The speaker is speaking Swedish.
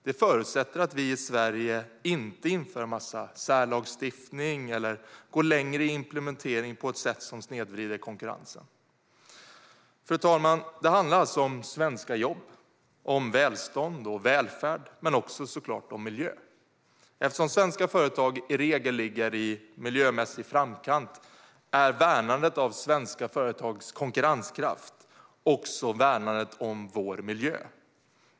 Detta förutsätter att vi i Sverige inte inför en massa särlagstiftning eller går längre i implementering på ett sätt som snedvrider konkurrensen. Fru talman! Det handlar alltså om svenska jobb, om välstånd och välfärd men också såklart om miljö. Eftersom svenska företag i regel ligger i miljömässig framkant är värnandet av svenska företags konkurrenskraft också ett värnande om vår miljö.